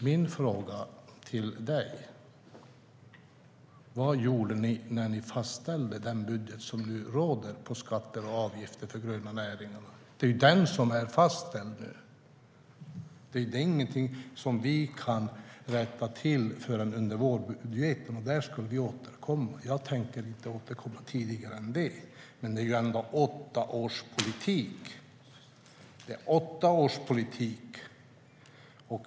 Min fråga till Eskil Erlandsson är: Vad gjorde ni när ni fastställde den budget som nu råder på skatter och avgifter för de gröna näringarna? Det är den som nu är fastställd. Det är ingenting som vi kan rätta till förrän i vårbudgeten. Där ska vi återkomma. Jag tänker inte återkomma tidigare. Det är trots allt fråga om åtta års politik.